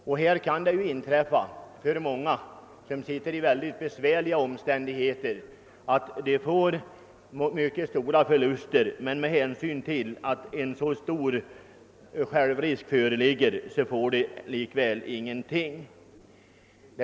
Det kan inträffa att många, som befinner sig i en mycket besvärlig situation därför att de drabbas av stora förluster, likväl till följd av att självrisken är så stor inte får någonting.